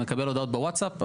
מקבל הודעות בווטסאפ,